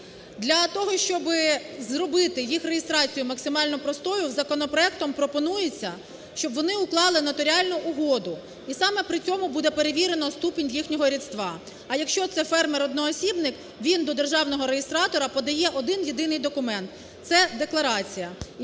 Для того, щоб зробити їх реєстрацію максимально простою, законопроектом пропонується, щоб вони уклали нотаріальну угоду, і саме при цьому буде перевірено ступінь їхнього рідства. А якщо це фермер-одноосібник, він до державного реєстратора подає один єдиний документ – це декларація.